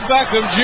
Beckham